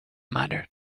muttered